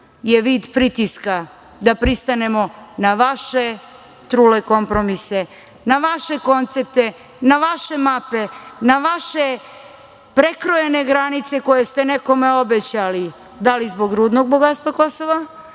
je vid pritiska da pristanemo na vaše trule kompromise, na vaše koncepte, na vaše mape, na vaše prekrojene granice koje ste nekome obećali, da li zbog rudnog bogatstva Kosova,